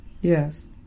Yes